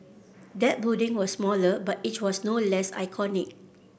that building was smaller but it was no less iconic